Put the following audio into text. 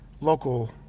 local